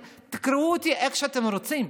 תקראו לזה איך שאתם רוצים,